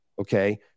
Okay